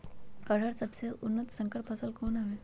अरहर के सबसे उन्नत संकर फसल कौन हव?